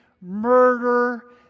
murder